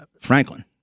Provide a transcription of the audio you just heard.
Franklin